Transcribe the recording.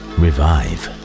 revive